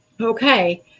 okay